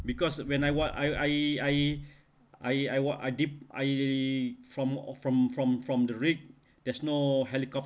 because when I what I I I I what I deep I from from from from the rig there's no helicopter